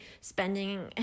spending